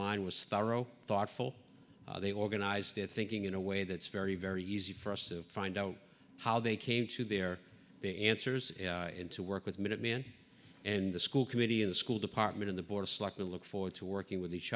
line was thorough thoughtful they organized their thinking in a way that's very very easy for us to find out how they came to their the answers and to work with minuteman and the school committee in the school department of the board of selectmen look forward to working with each